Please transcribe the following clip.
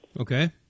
Okay